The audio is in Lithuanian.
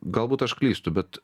galbūt aš klystu bet